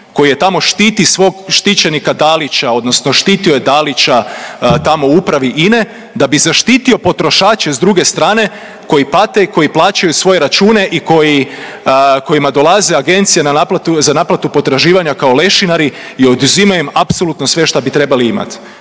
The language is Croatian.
koji tamo štiti svog štićenika Dalića odnosno štitio je Dalića tamo u upravi INA-e, da bi zaštitio potrošače s druge strane koji pate i koji plaćaju svoje račune i kojima dolaze Agencije za naplatu potraživanja kao lešinari i oduzimaju im apsolutno sve šta bi trebali imati.